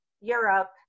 Europe